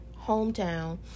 hometown